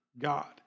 God